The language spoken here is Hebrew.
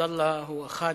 עבדאללה הוא אחד